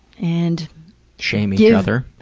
and shame each other.